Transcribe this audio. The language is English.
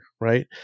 right